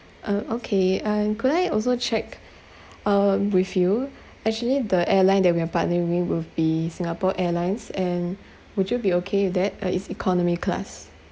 uh okay I'm could I also check um with you actually the airline that we are partnering would be singapore airlines and would you be okay with that uh it's economy class